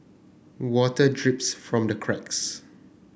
water drips from the cracks